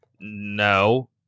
no